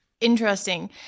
Interesting